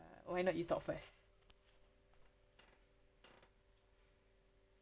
why not you talk first